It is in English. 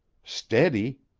steady!